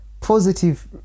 Positive